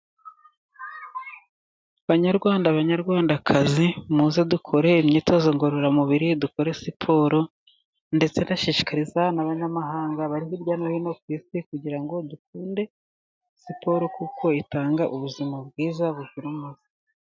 Banyarwanda banyarwandakazi muze dukore imyitozo ngororamubiri dukore siporo, ndetse ndashishikariza n'Abanyamahanga bari hirya no hino Ku Isi kugira ngo dukunde siporo, kuko itanga ubuzima bwiza buzira umuze .